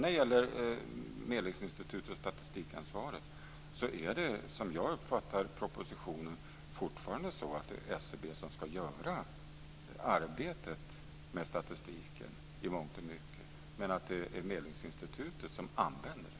När det gäller Medlingsinstitutets statistikansvar är det, som jag uppfattar propositionen, fortfarande så att det är SCB som i mångt och mycket ska göra arbetet med statistiken men att det är Medlingsinstitutet som använder den.